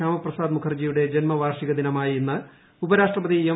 ശ്യാമപ്രസാദ് മുഖർജിയുടെ ജന്മവാർഷിക ദിനമായ ഇന്ന് ഉപരാഷ്ട്രപതി എം